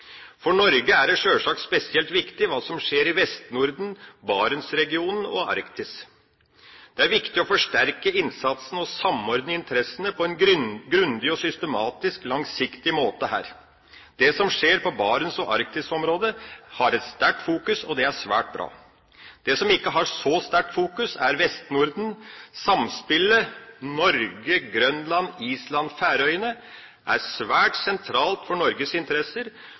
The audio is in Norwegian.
For Norge er det sjølsagt spesielt viktig hva som skjer i Vest-Norden, Barentsregionen og Arktis. Det er viktig å forsterke innsatsen og samordne interessene på en grundig, systematisk og langsiktig måte her. Det som skjer på Barentsområdet og i Arktis, har et sterkt fokus, og det er svært bra. Det som ikke har så sterkt fokus, er Vest-Norden. Samspillet mellom Norge, Grønland, Island og Færøyene er svært sentralt for Norges interesser